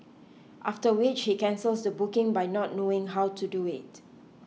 after which he cancels the booking by not knowing how to do it